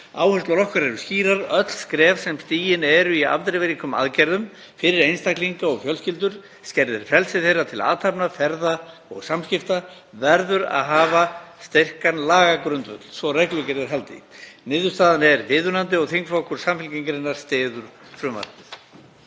Áherslur okkar eru skýrar. Öll skref sem stigin eru í afdrifaríkum aðgerðum fyrir einstaklinga og fjölskyldur og skerða frelsi þeirra til athafna, ferða og samskipta verða að hafa styrkan lagagrundvöll svo að reglugerðin haldi. Niðurstaðan er viðunandi og þingflokkur Samfylkingarinnar styður frumvarpið.